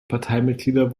parteimitglieder